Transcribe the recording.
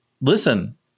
Listen